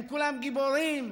הם כולם גיבורים.